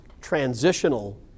transitional